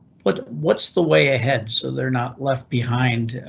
what what's the way ahead so they're not left behind,